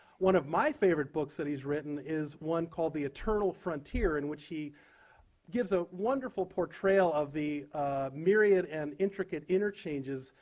one of my favorite books that he's written is one called the eternal frontier, in which he gives a wonderful portrayal of the myriad and intricate interchanges,